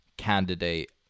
candidate